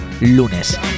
lunes